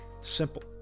simple